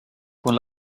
con